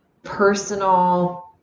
personal